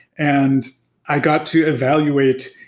and i got to evaluate.